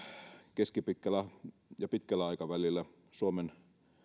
keskipitkällä ja pitkällä aikavälillä suomen